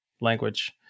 language